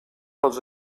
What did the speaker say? als